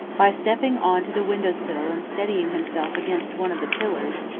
by stepping on to the window-sill and steadying himself against one of the pillars,